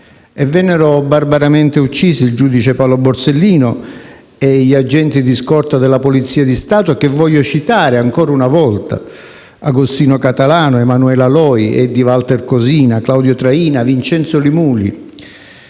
e vennero barbaramente uccisi il giudice Paolo Borsellino e gli agenti di scorta della Polizia di Stato, che voglio citare ancora una volta: Agostino Catalano, Emanuela Loi, Eddie Walter Cosina, Claudio Traina e Vincenzo Li Muli.